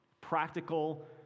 practical